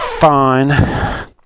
Fine